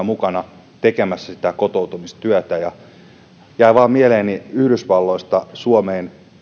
mukana tekemässä sitä kotoutumistyötä jäi vain mieleeni yhdysvalloista suomeen